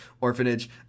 orphanage